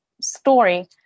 story